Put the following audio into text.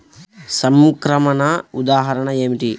సంక్రమణ ఉదాహరణ ఏమిటి?